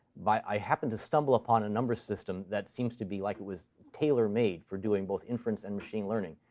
but i happened to stumble upon a number system that seems to be like it was tailor-made for doing both inference and machine learning.